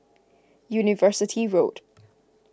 University Road